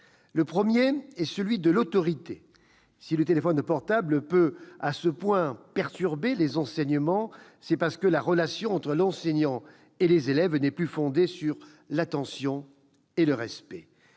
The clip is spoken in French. Le premier est celui de l'autorité. Si le téléphone portable peut à ce point perturber les enseignements, c'est parce que la relation entre l'enseignant et les élèves n'est plus fondée sur l'attention et le respect.